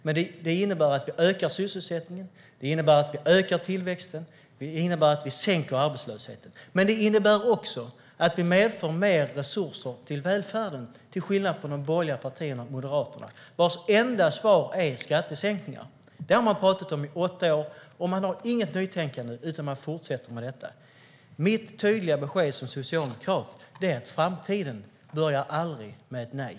Den innebär att vi ökar sysselsättningen och tillväxten och sänker arbetslösheten. Den innebär också att vi tillför mer resurser till välfärden - till skillnad från Moderaterna och de andra borgerliga partierna, vars enda svar är skattesänkningar. Det har man talat om i åtta år. Man har inget nytänkande, utan man fortsätter med detta. Mitt tydliga besked som socialdemokrat är att framtiden aldrig börjar med ett nej.